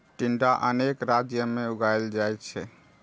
टिंडा अनेक राज्य मे उगाएल जाइ छै